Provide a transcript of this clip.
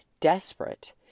desperate